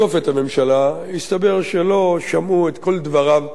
הסתבר שלא שמעו את כל דבריו כהלכתם,